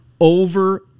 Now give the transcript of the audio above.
over